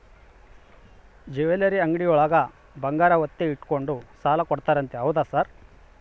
Jewellery ಅಂಗಡಿಯೊಳಗ ಬಂಗಾರ ಒತ್ತೆ ಇಟ್ಕೊಂಡು ಸಾಲ ಕೊಡ್ತಾರಂತೆ ಹೌದಾ ಸರ್?